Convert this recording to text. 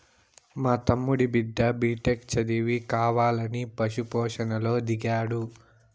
మా తమ్ముడి బిడ్డ బిటెక్ చదివి కావాలని పశు పోషణలో దిగాడు